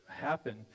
happen